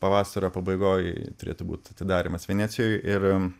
pavasario pabaigoj turėtų būt atidarymas venecijoj ir